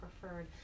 preferred